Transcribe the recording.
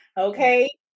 okay